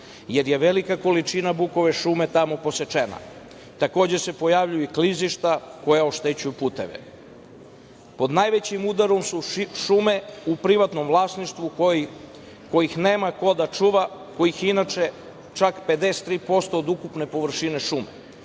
jer je velika količina bukove šume tamo posečena, takođe se pojavljuju i klizišta koja oštećuju puteve. Pod najvećim udarom su šume u privatnom vlasništvu kojih nema ko da čuva, kojih je inače čak 53% od ukupne površine šume.